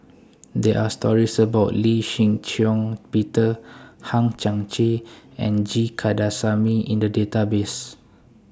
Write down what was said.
There Are stories about Lee Shih Shiong Peter Hang Chang Chieh and G Kandasamy in The Database